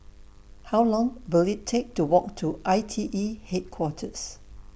How Long Will IT Take to Walk to I T E Headquarters